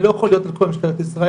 אני לא יכול להיות בכל משטרת ישראל,